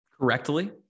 Correctly